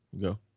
go